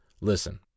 Listen